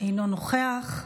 אינו נוכח.